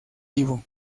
vivo